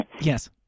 yes